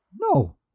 No